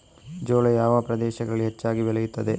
ಜೋಳ ಯಾವ ಪ್ರದೇಶಗಳಲ್ಲಿ ಹೆಚ್ಚಾಗಿ ಬೆಳೆಯುತ್ತದೆ?